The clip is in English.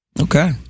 Okay